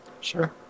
Sure